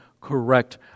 correct